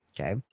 Okay